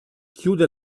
chiude